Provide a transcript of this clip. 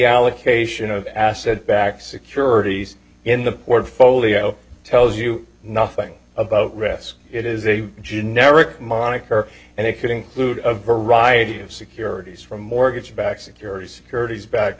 allocation of asset backed securities in the portfolio tells you nothing about risk it is a generic moniker and it could include of variety of securities for mortgages bad security security is backed